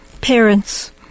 parents